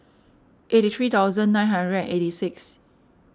eighty three thousand nine hundred and eighty six